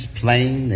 plain